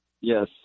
Yes